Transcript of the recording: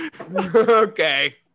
Okay